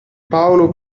paolo